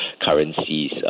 currencies